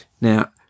Now